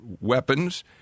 weapons